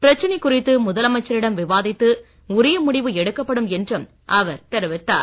பிரச்சனை குறித்து முதலமைச்சரிடம் விவாதித்து உரிய முடிவு எடுக்கப்படும் என்றும் அவர் தெரிவித்தார்